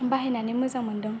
बाहायनानै मोजां मोनदों